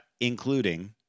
including